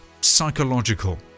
psychological